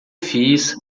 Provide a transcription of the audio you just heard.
fiz